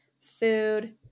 food